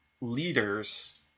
leaders